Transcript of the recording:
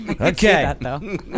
Okay